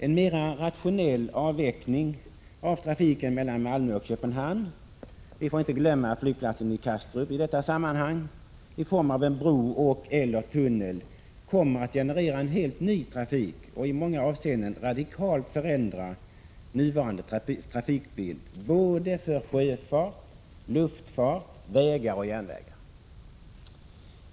En mera rationell avveckling av trafiken mellan Malmö och Köpenhamn — vi får inte glömma flygplatsen i Kastrup i detta sammanhang — i form av en bro och/eller tunnel kommer att generera en helt ny trafik och i många avseenden radikalt förändra nuvarande trafikbild både för sjöfart och luftfart och för vägar och järnvägar.